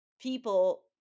people